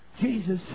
Jesus